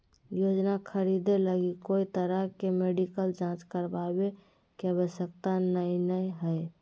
योजना खरीदे लगी कोय तरह के मेडिकल जांच करावे के आवश्यकता नयय हइ